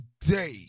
day